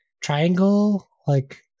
triangle-like